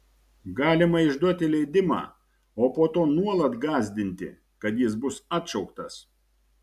galima išduoti leidimą o po to nuolat gąsdinti kad jis bus atšauktas